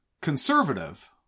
conservative